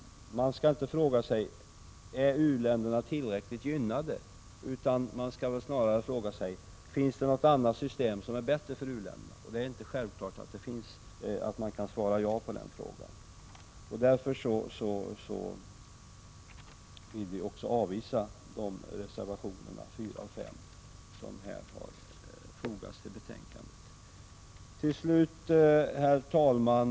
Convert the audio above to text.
Man skall inte fråga sig om u-länderna är tillräckligt gynnade. Man skall snarare fråga sig om det finns något annat system som är bättre för u-länderna. Det är inte självklart att man kan svara ja på den frågan. Därför vill vi också avvisa reservationerna 4 och 5 som har fogats till betänkandet. Herr talman!